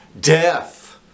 death